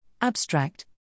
Abstract